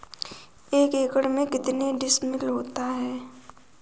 एक एकड़ में कितने डिसमिल होता है?